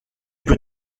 peux